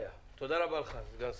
תודה רבה לך, סגן השר.